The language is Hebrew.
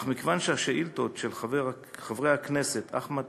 אך מכיוון שהשאילתות של חברי הכנסת אחמד